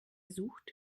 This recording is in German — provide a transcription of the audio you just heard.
sucht